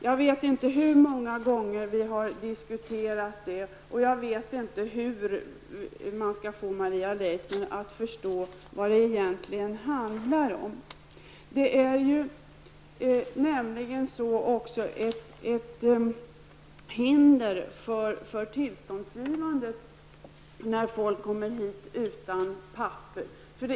Jaf vet inte hur många gånger vi har diskuterat dokumentlösheten och hur man skall få Maria Leissner att förstå vad det egentligen handlar om. Det är nämligen ett hinder för tillståndsgivande, att folk kommer hit utan papper.